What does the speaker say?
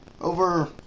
Over